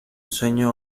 suelo